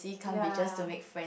ya ya ya